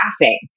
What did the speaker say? laughing